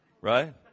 right